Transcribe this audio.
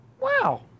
wow